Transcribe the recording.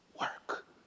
work